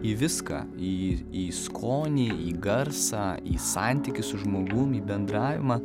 į viską į į skonį į garsą į santykį su žmogum į bendravimą